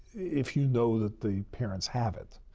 if you know that the parents have it.